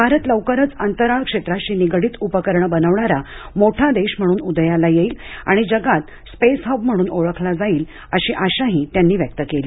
भारत लवकरच अंतराळ क्षेत्राशी निगडीत उपकरणं बनवणारा मोठा देश म्हणून उदयाला येईल आणि जगात स्पेस हब म्हणून ओळखला जाईल अशी आशाही त्यांनी व्यक्त केली